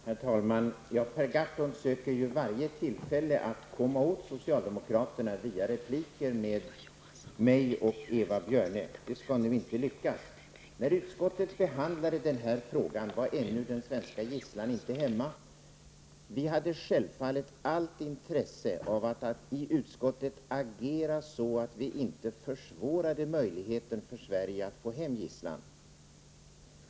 Herr talman! Per Gahrton söker varje tillfälle att komma åt socialdemokraterna via repliker med mig och Eva Björne. Det skall nu inte lyckas. När utrikesutskottet behandlade den här frågan var den svenska gisslan ännu inte hemma. Vi hade självfallet allt intresse av att i utskottet agera så att vi inte försvårade möjligheterna för Sverige att få hem gisslan.